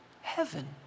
Heaven